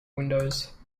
windows